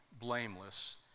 blameless